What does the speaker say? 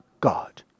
God